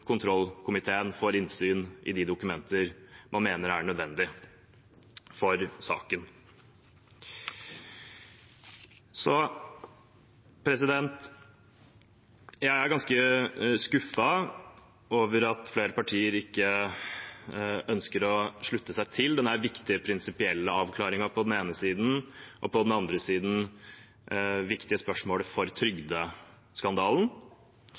kontrollkomiteen får innsyn i de dokumentene man mener er nødvendige for saken. Jeg er ganske skuffet over at flere partier ikke ønsker å slutte seg til denne viktige prinsipielle avklaringen på den ene siden og det viktige spørsmålet for trygdeskandalen på den andre siden.